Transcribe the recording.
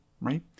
right